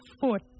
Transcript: foot